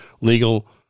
legal